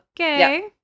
Okay